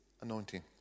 anointing